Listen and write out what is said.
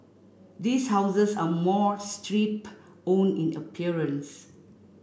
these houses are more strip own in appearance